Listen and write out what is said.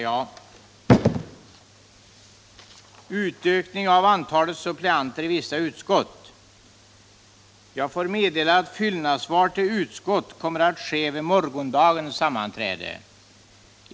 Jag får meddela att fyllnadsval till utskott kommer att ske vid morgondagens sammanträde.